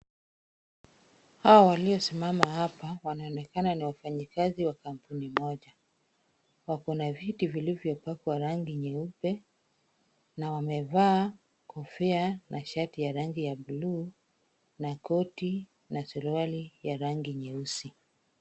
Hawa waliosimama hapa wanaonekana ni wafanyikazi wa kampuni moja. Wakona viti vilivyopakwa rangi nyeupe na wamevaa kofia na shati ya rangi ya buluu na koti na suruali ya rangi nyeusi.